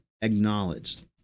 acknowledged